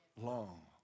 long